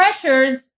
pressures